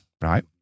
Right